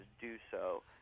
do-so